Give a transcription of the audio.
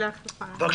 אני